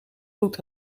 goed